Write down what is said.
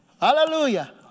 Hallelujah